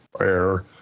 air